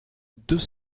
deux